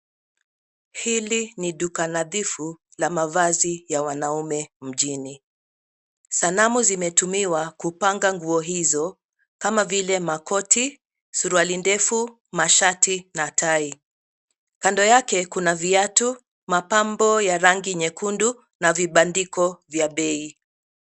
Hili ni duka nadhifu la mavazi ya wanaume mjini. Sanamu zimetumiwa kupanga nguo hizo kama vile makoti, suruali ndefu, mashati na tai. Kando yake kuna viatu, mapambo ya rangi nyekundu na vibandiko vya bei.